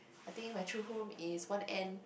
I think my true home is one end